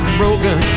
broken